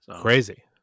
Crazy